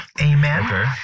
Amen